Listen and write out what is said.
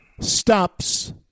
stops